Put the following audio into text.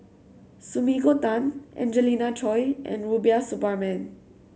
Sumiko Tan Angelina Choy and Rubiah Suparman